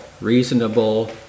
reasonable